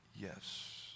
Yes